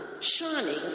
shining